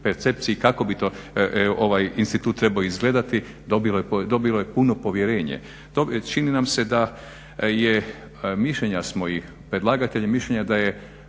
percepciji kako bi to ovaj institut trebao izgledati, dobilo je puno povjerenje. Čini nam se da je, mišljenja smo, i predlagatelj je mišljenja da je